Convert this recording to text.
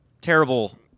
Terrible